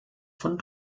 von